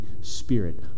spirit